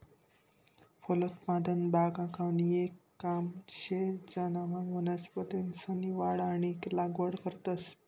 फलोत्पादन बागकामनं येक काम शे ज्यानामा वनस्पतीसनी वाढ आणि लागवड करतंस